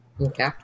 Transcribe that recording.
Okay